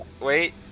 wait